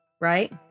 right